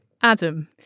Adam